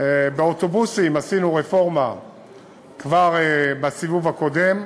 באוטובוסים עשינו רפורמה כבר בסיבוב הקודם